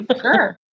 sure